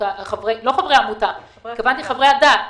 התכוונתי לחברי עמותה, התכוונתי לחברי הדת.